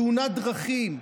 תאונת דרכים,